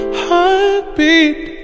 heartbeat